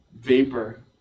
Vapor